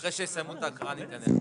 אחרי שיסיימו את ההקראה ניתן את זה.